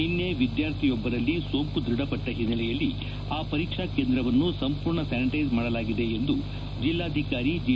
ನಿನ್ನೆ ವಿದ್ಯಾರ್ಥಿ ಒಬ್ಬರಲ್ಲಿ ಸೋಂಕು ದೃಢಪಟ್ಟ ಹಿನ್ನೆಲೆಯಲ್ಲಿ ಆ ಪರೀಕ್ಷಾ ಕೇಂದ್ರವನ್ನು ಸಂಪೂರ್ಣ ಸ್ಥಾನಿಟೈಸ್ ಮಾಡಲಾಗಿದೆ ಎಂದು ಜಿಲ್ಲಾಧಿಕಾರಿ ಜಿ